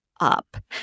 Up